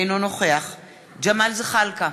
אינו נוכח ג'מאל זחאלקה,